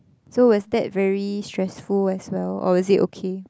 so was that very stressful as well or is it okay